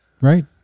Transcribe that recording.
right